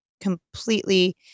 completely